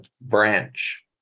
branch